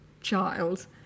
child